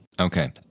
Okay